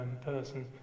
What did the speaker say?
person